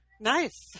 Nice